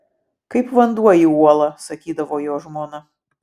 kaip vanduo į uolą sakydavo jo žmona